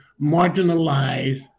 marginalize